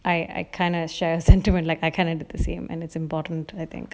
I I kind of share symptom when like I kind of did the same and it's important I think